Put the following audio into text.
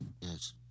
Yes